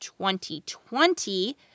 2020